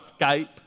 Skype